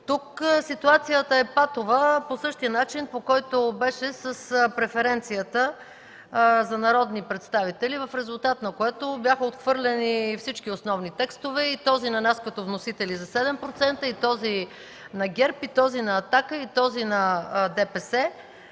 Тук ситуацията е патова – по същия начин, по който беше с преференцията за народни представители, в резултат на което бяха отхвърлени всички основни текстове: и този на нас, като вносители – за 7%, и този на ГЕРБ, и този на „Атака”, и този на ДПС.